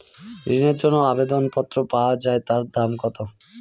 ঋণের জন্য যে আবেদন পত্র পাওয়া য়ায় তার দাম কত?